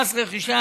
(מס רכישה),